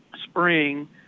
spring